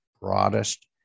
broadest